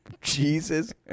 Jesus